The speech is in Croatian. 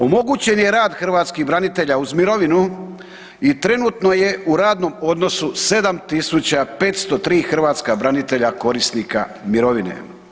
Omogućen je rad hrvatskih branitelja uz mirovinu i trenutno je u radnom odnosu 7.503 hrvatska branitelja korisnika mirovine.